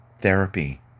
therapy